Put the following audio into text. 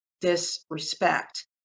disrespect